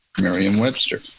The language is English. Merriam-Webster